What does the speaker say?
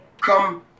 come